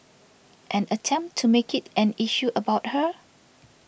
and attempt to make it an issue about her